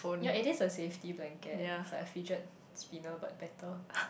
ya it is a safety blanket it's like the fidget spinner but better